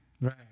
Right